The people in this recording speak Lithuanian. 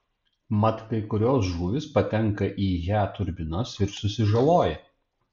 mat kai kurios žuvys patenka į he turbinas ir susižaloja